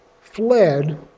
fled